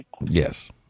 Yes